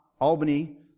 Albany